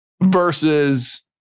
versus